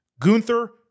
Gunther